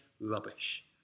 rubbish